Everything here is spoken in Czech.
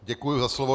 Děkuji za slovo.